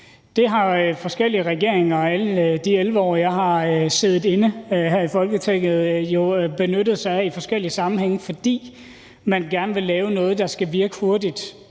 Det har forskellige regeringer i alle de 11 år, jeg har siddet herinde i Folketinget, jo benyttet sig af i forskellige sammenhænge, fordi man gerne ville lave noget, der skulle virke hurtigt,